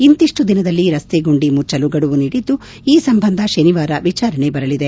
ಇಂತಿಷ್ಟು ದಿನದಲ್ಲಿ ರಸ್ತೆ ಗುಂಡಿ ಮುಚ್ಚಲು ಗಡುವು ನೀಡಿದ್ದು ಈ ಸಂಬಂಧ ಶನಿವಾರ ವಿಚಾರಣೆ ಬರಲಿದೆ